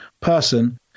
person